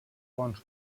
fons